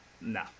no